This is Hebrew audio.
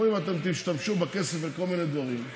אומרים: אתם תשתמשו בכסף לכל מיני דברים,